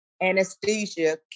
anesthesia